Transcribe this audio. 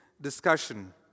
discussion